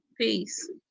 Peace